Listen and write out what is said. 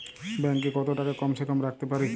Bank এ কত টাকা কম সে কম রাখতে পারি?